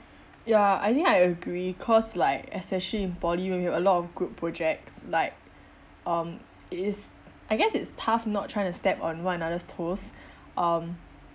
ya I think I agree cause like especially in poly when you have a lot of group projects like um it's I guess it's tough not trying to step on one another's toes um